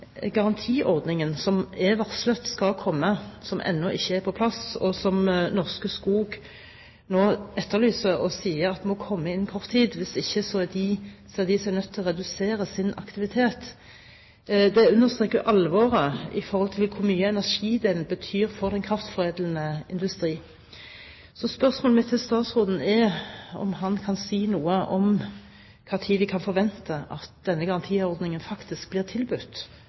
garantiordningen som er varslet skal komme, som ennå ikke er på plass, og som Norske Skog nå etterlyser og sier må komme innen kort tid, hvis ikke ser de seg nødt til å redusere sin aktivitet, understreker alvoret med tanke på hvor mye energidelen betyr for den kraftforedlende industri. Spørsmålet mitt til statsråden er om han kan si noe om når vi kan forvente at denne garantiordningen blir tilbudt